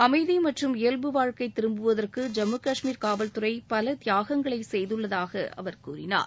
அமைதி மற்றும் இயல்பு வாழ்க்கை திரும்புவதற்கு ஜம்மு கஷ்மீர் காவல்துறை பல தியாகங்களை செய்துள்ளதாக அவர் கூறினார்